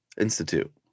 Institute